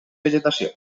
vegetació